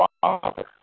father